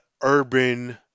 urban